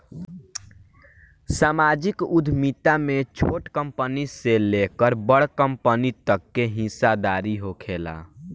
सामाजिक उद्यमिता में छोट कंपनी से लेकर बड़ कंपनी तक के हिस्सादारी होखेला